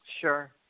Sure